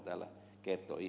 söderman kertoi